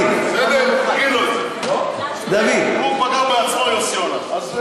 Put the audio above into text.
הוא פגע בעצמו, יוסי יונה.